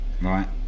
Right